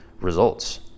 results